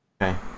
Okay